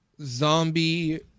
zombie